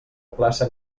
plaça